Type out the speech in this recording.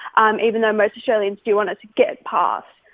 um even though most australians do want it to get it passed.